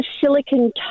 silicon